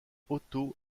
otto